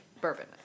bourbon